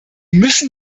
müssen